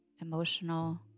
Emotional